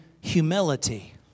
humility